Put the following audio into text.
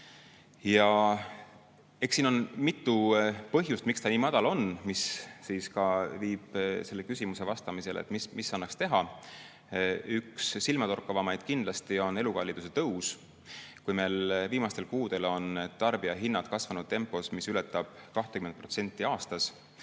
Eks siin on mitu põhjust, miks ta nii madal on. See viib selle vastuseni. Mida annaks teha? Üks silmatorkavamaid kindlasti on elukalliduse tõus. Kui meil viimastel kuudel on tarbijahinnad kasvanud tempos, mis ületab 20% aastas,